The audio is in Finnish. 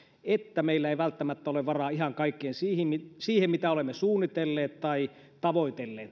että meillä ei välttämättä ole varaa ihan kaikkeen siihen mitä olemme suunnitelleet tai tavoitelleet